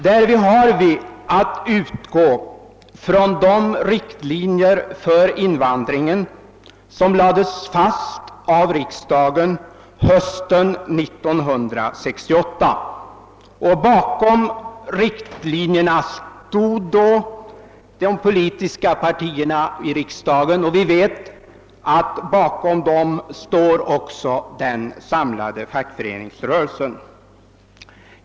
Därvid har vi att utgå från de riktlinjer för invandringen som lades fast av riksdagen hösten 1968. Bakom riktlinjerna stod då de politiska partierna i riksdagen, och vi vet att bakom dem står också den samlade fackföreningsrörelsen.